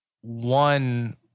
one